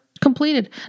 completed